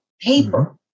Paper